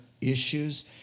issues